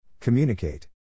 Communicate